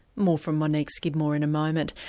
more from monique skidmore in a moment.